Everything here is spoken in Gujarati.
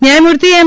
ન્યાયમૂર્તિ એમ